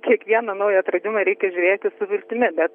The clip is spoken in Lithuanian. kiekvieną naują atradimą reikia žiūrėti su viltimi bet